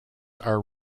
are